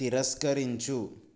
తిరస్కరించు